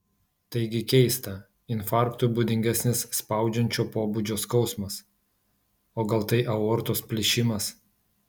taigi keista infarktui būdingesnis spaudžiančio pobūdžio skausmas o gal tai aortos plyšimas